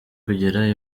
kugera